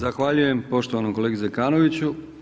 Zahvaljujem poštovanom kolegi Zekanoviću.